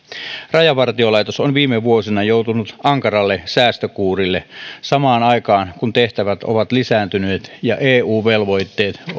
rajavartiolaitos on viime vuosina joutunut ankaralle säästökuurille samaan aikaan kun tehtävät ovat lisääntyneet ja eu velvoitteet